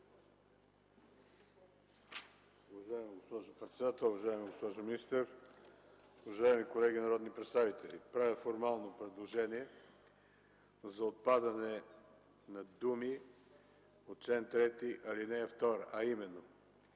Уважаема госпожо председател, уважаема госпожо министър, уважаеми колеги народни представители! Правя формално предложение за отпадане на думи по чл. 3, ал. 2, а именно: